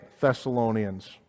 Thessalonians